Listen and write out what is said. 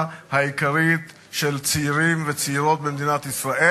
העיקרית של צעירים וצעירות במדינת ישראל,